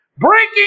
breaking